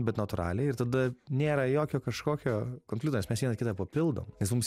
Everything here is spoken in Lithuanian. bet natūraliai ir tada nėra jokio kažkokio konflikto nes mes vienas kitą papildom nes mums